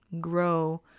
grow